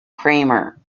cramer